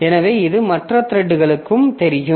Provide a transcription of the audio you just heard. எனவே இது மற்ற த்ரெட்களுக்கும் தெரியும்